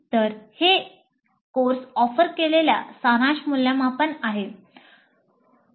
तर हे course offer केलेले सारांश मूल्यमापन आहे